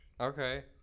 Okay